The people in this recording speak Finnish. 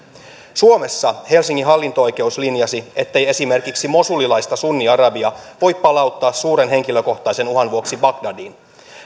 suomessa helsingin hallinto oikeus linjasi ettei esimerkiksi mosulilaista sunniarabia voi palauttaa suuren henkilökohtaisen uhan vuoksi bagdadiin